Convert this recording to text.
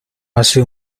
hace